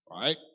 Right